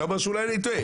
אתה אומר שאולי אני טועה.